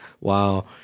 Wow